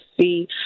see